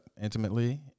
intimately